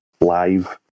live